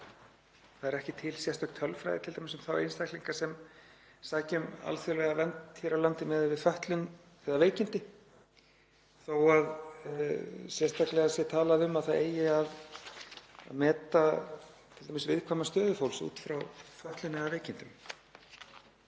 það er ekki til sérstök tölfræði um t.d. þá einstaklinga sem sækja um alþjóðlega vernd hér á landi miðað við fötlun eða veikindi, þó að sérstaklega sé talað um að það eigi að meta t.d. viðkvæma stöðu fólks út frá fötlun eða veikindum.